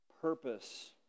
purpose